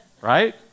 Right